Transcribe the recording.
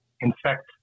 infect